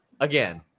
again